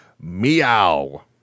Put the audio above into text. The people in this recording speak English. meow